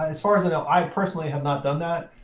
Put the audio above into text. as far as i know i personally have not done that.